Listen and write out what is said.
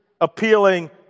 appealing